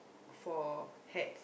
for hat